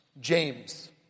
James